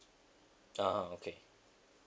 (uh huh) okay